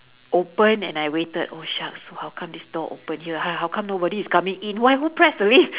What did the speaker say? open and I waited oh shucks how come this door open here how how come nobody is coming in why who press the lift